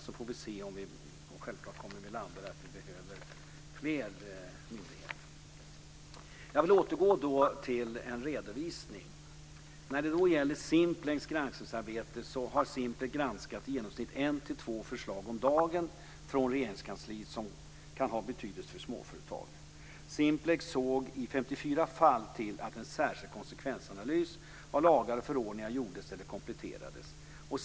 Självklart kommer vi att landa i att vi behöver titta på fler myndigheter. Jag vill återgå till min redovisning. Vad gäller Simplex granskningsarbete har Simplex i genomsnitt granskat ett till två förslag om dagen från Regeringskansliet som kan ha betydelse för småföretag. Simplex såg i 54 fall till att en särskild konsekvensanalys av lagar och förordningar gjordes eller kompletterades.